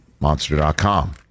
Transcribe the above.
Monster.com